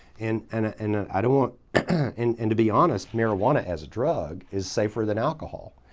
and and and and i don't want and and to be honest, marijuana as a drug is safer than alcohol.